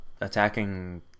attacking